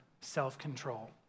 self-control